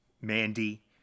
Mandy